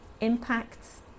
impacts